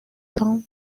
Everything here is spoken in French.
cent